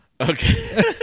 Okay